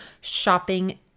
shopping